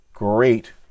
great